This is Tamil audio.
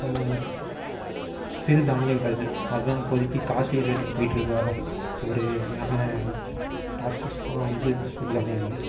சிறு தானியங்கள் அதெலாம் இப்போதைக்கி காஸ்லி ரேட்டில் போய்விட்டு இருக்குது வேறு ஒரு வகையான டாஸ்கஸ் தான் வந்து சிறு தானியங்கள்